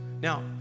Now